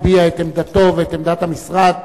הביע את עמדתו ואת עמדת המשרד,